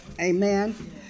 Amen